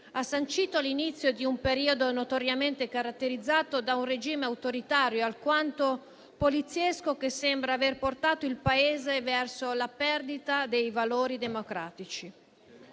ha sancito l'inizio di un periodo notoriamente caratterizzato da un regime autoritario alquanto poliziesco, che sembra aver portato il Paese verso la perdita dei valori democratici.